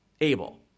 able